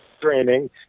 training